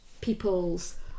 people's